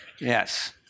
Yes